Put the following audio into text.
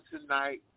tonight